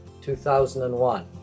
2001